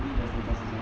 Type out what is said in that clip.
he need the status is it